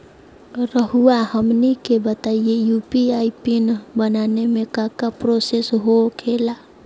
रहुआ हमनी के बताएं यू.पी.आई पिन बनाने में काका प्रोसेस हो खेला?